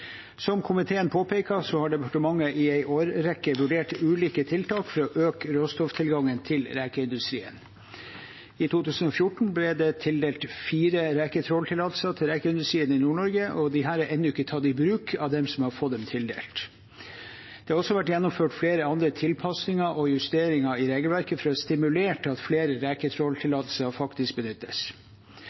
Som komiteen påpeker, har departementet i en årrekke vurdert ulike tiltak for å øke råstofftilgangen til rekeindustrien. I 2014 ble det tildelt fire reketråltillatelser til rekeindustrien i Nord-Norge. Disse er ennå ikke tatt i bruk av dem som har fått dem tildelt. Det har også vært gjennomført flere andre tilpasninger og justeringer i regelverket for å stimulere til at flere reketråltillatelser faktisk benyttes.